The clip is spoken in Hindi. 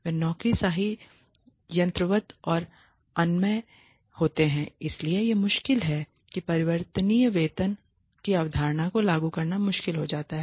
वे नौकरशाही यंत्रवत और अनम्य होते हैं इसलिए यह मुश्किल है कि परिवर्तनीय वेतन की अवधारणा को लागू करना मुश्किल हो जाता है